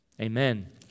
Amen